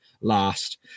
last